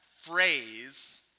phrase